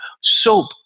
soap